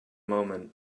moment